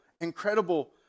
incredible